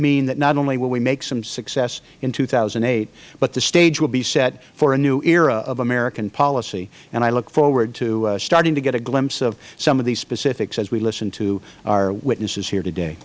mean that not only will we make some success in two thousand and eight but the stage will be set for a new era of american policy and i look forward to starting to get a glimpse of some of the specifics as we listen to our witnesses here today